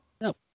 No